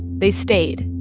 they stayed,